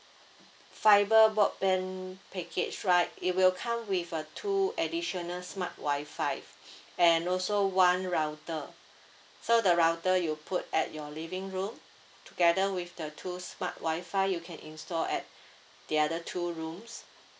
fiber broadband package right it will come with uh two additional smart Wi-Fi and also one router so the router you put at your living room together with the two smart Wi-Fi you can install at the other two rooms